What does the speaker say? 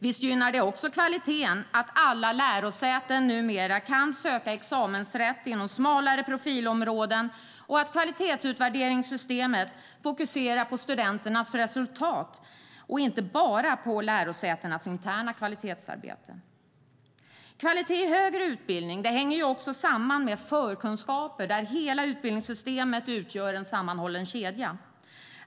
Visst gynnar det också kvaliteten att alla lärosäten numera kan söka examensrätt inom smalare profilområden och att kvalitetsutvärderingssystemet fokuserar på studenternas resultat och inte bara på lärosätenas interna kvalitetsarbete. Kvalitet i högre utbildning hänger ju också samman med förkunskaper där hela utbildningssystemet utgör en sammanhållen kedja.